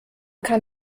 kann